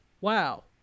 wow